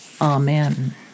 Amen